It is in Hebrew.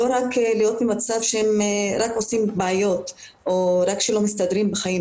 לא רק להיות במצב שהם רק עושים בעיות או רק שלא מסתדרים בחיים,